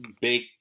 big